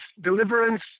deliverance